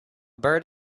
bird